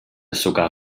sogar